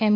એમ